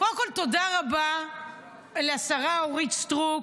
קודם כול, תודה רבה לשרה אורית סטרוק